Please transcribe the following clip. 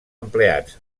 empleats